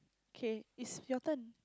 kay it's your turn